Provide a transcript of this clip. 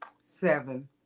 Seven